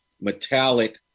metallic